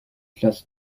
classe